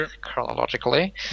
chronologically